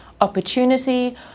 opportunity